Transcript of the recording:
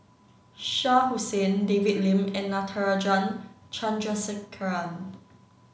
Shah Hussain David Lim and Natarajan Chandrasekaran